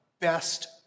best